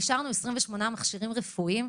אישרנו 28 מכשירים רפואיים,